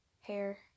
Hair